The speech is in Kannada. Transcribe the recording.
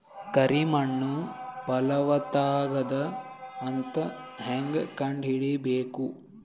ಕರಿ ಮಣ್ಣು ಫಲವತ್ತಾಗದ ಅಂತ ಹೇಂಗ ಕಂಡುಹಿಡಿಬೇಕು?